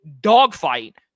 dogfight